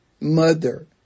mother